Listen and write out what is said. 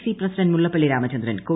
C president Mullappally Ramachandran പറഞ്ഞു